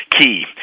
Key